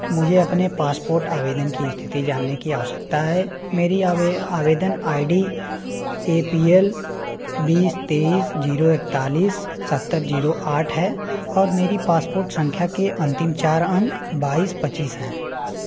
मुझे अपने पासपोर्ट आवेदन की स्थिति जानने की आवश्यकता है मेरी आवेदन I D A P L बीस तेईस जीरो इकतालीस सत्तर जीरो आठ है और मेरी पासपोर्ट संख्या के अंतिम चार अंक बाईस पच्चीस हैं